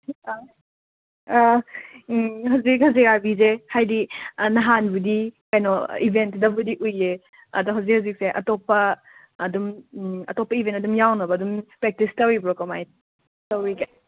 ꯑ ꯑꯪ ꯍꯧꯖꯤꯛ ꯍꯧꯖꯤꯛ ꯑꯥꯔꯕꯤꯁꯦ ꯍꯥꯏꯗꯤ ꯑ ꯅꯍꯥꯟꯕꯨꯗꯤ ꯀꯩꯅꯣ ꯏꯚꯦꯟꯠꯇꯕꯨꯗꯤ ꯎꯌꯦ ꯑꯗ ꯍꯧꯖꯤꯛ ꯍꯧꯖꯤꯛꯁꯦ ꯑꯇꯣꯞꯄ ꯑꯗꯨꯝ ꯑꯇꯣꯞꯄ ꯏꯚꯦꯟ ꯑꯗꯨꯝ ꯌꯥꯎꯅꯕ ꯑꯗꯨꯝ ꯄ꯭ꯔꯦꯛꯇꯤꯁ ꯇꯧꯔꯤꯕꯣ ꯀꯃꯥꯏ ꯇꯧꯔꯤꯒꯦ